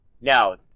Now